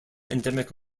endemic